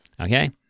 Okay